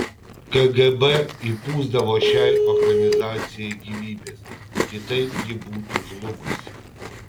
kgb įpūsdavo šiai organizacijai gyvybės kitaip ji būtų žlugusi